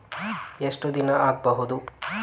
ಎಷ್ಟು ದಿನ ಆಗ್ಬಹುದು?